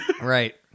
Right